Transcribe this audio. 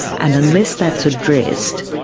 and unless that's addressed,